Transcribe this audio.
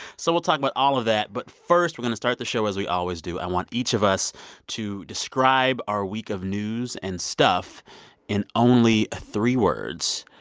so we'll talk about all of that. but first, we're going to start the show as we always do. i want each of us to describe our week of news and stuff in only three words.